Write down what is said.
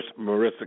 Marissa